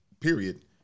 period